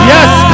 Yes